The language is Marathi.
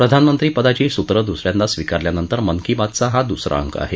प्रधानमंत्री पदाची सूत्रं दुसऱ्यांदा स्वीकारल्यानंतर मन की बात चा हा दुसरा अंक आहे